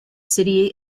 city